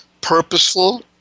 purposeful